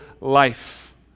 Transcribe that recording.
life